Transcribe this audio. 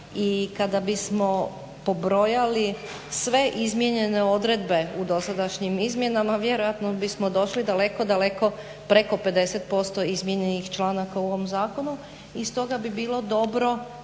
I kada bismo pobrojali sve izmijenjene odredbe u dosadašnjim izmjenama vjerojatno bismo došli daleko, daleko preko 50% izmijenjenih članaka u ovom zakonu. I stoga bi bilo dobro